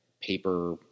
paper